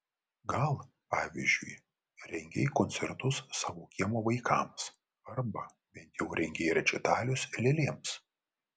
gal pavyzdžiui rengei koncertus savo kiemo vaikams arba bent jau rengei rečitalius lėlėms